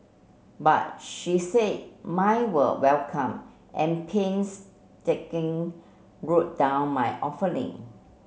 but she said mine were welcome and painstaking wrote down my offering